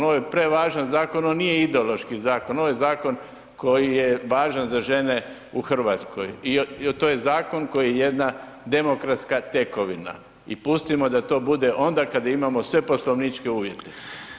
Ovo je prevažan zakon, on nije ideološki zakon ovo je zakon koji je važan za žene u Hrvatskoj i to je zakon koji je jedna demokratska tekovina i pustimo da to bude onda kada imamo sve poslovničke uvjete.